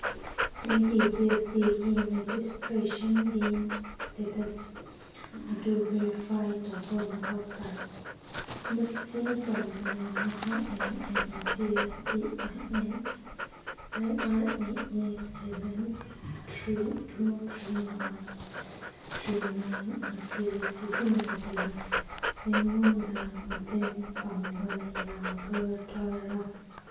ꯑꯩꯒꯤ G S T ꯔꯦꯖꯤꯁꯇ꯭ꯔꯦꯁꯟꯒꯤ status ꯑꯗꯨ ꯚꯦꯔꯤꯐꯥꯏ ꯇꯧꯕ ꯃꯊꯧ ꯇꯥꯏ ꯃꯁꯤ ꯇꯧꯕꯗ ꯅꯍꯥꯛꯅ ꯑꯩꯒꯤ G S T I N I R A A seven three two three one three nine ꯑꯁꯤ ꯁꯤꯖꯤꯟꯅꯗꯨꯅ ꯑꯩꯉꯣꯟꯗ ꯃꯇꯦꯡ ꯄꯥꯡꯕ ꯌꯥꯒꯗꯔꯥ